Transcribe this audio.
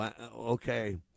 Okay